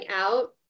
out